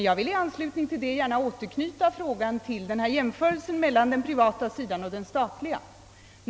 Jag vill gärna återknyta till jämförelsen mellan den privata och den statliga sidan.